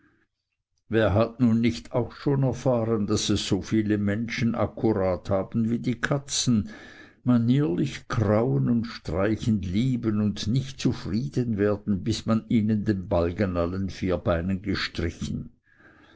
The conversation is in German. wer hat nun nicht auch schon erfahren daß es so viele menschen akkurat haben wie die katzen manierlich krauen und streichen lieben und nicht zufrieden werden bis man ihnen den balg an allen vier beinen gestrichen